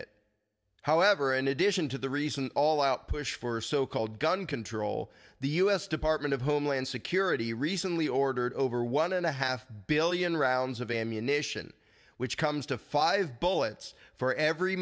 it however in addition to the recent all out push for so called gun control the us department of homeland security recently ordered over one and a half billion rounds of ammunition which comes to five bullets for every